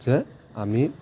যে আমি